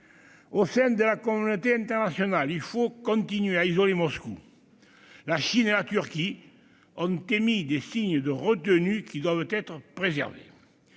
Au sein de la communauté internationale, il faut continuer à isoler Moscou. La Chine et la Turquie ont émis des signes de retenue qui doivent être préservés.